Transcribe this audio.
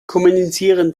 kommunizieren